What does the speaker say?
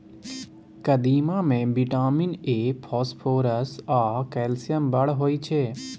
कदीमा मे vitamin A, phosphorus आ कैल्शियम बड़ होइ छै